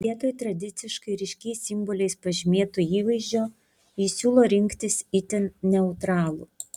vietoj tradiciškai ryškiais simboliais pažymėto įvaizdžio ji siūlo rinktis itin neutralų